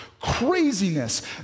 craziness